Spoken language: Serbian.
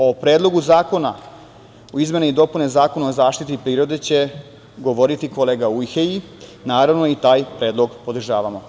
O Predlogu zakona o izmeni i dopuni Zakona o zaštiti prirode će govoriti kolega Ujhelji, naravno i taj predlog podržavamo.